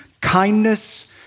kindness